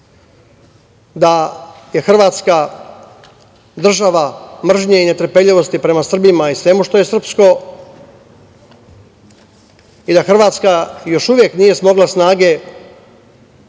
da je Hrvatska država mržnje i netrpeljivosti prema Srbima i svemu što je srpsko i da Hrvatska još uvek nije smogla snage